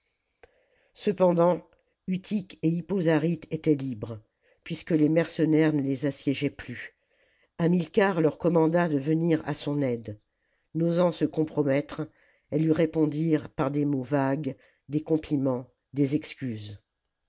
ceoendant utique et hippo zarjte étaient libres puisque les mercenaires ne les assiégeaient plus hamilcar leur commanda de venir à son aide n'osant se compromettre elles lui répondirent par des mots vagues des comphments des excuses